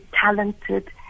talented